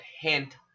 hint